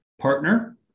partner